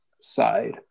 side